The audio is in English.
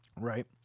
Right